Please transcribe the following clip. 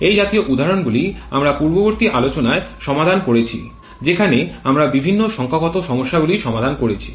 এই জাতীয় উদাহরণগুলি আমরা পূর্ববর্তী আলোচনায় সমাধান করেছি যেখানে আমরা বিভিন্ন সংখ্যাগত সমস্যাগুলি সমাধান করেছি